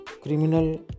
Criminal